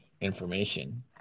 information